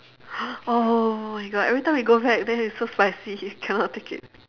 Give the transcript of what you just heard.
oh my god every time we go back there it's so spicy cannot take it